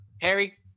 Harry